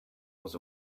was